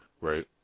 Right